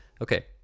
Okay